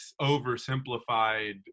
oversimplified